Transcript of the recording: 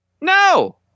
No